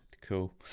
Cool